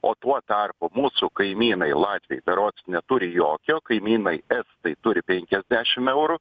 o tuo tarpu mūsų kaimynai latviai berods neturi jokio kaimynai estai turi penkiasdešimt eurų